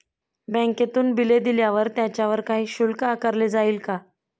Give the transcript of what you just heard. बँकेतून बिले दिल्यावर त्याच्यावर काही शुल्क आकारले जाईल का?